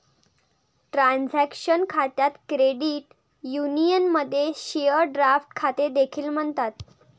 transaction खात्यास credit युनियनमध्ये share draft खाते देखील म्हणतात